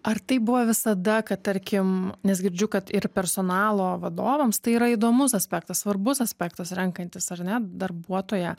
ar taip buvo visada kad tarkim nes girdžiu kad ir personalo vadovams tai yra įdomus aspektas svarbus aspektas renkantis ar ne darbuotoją